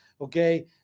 okay